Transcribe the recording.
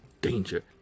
danger